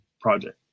project